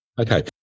Okay